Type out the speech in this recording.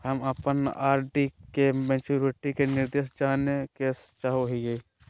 हम अप्पन आर.डी के मैचुरीटी के निर्देश जाने के चाहो हिअइ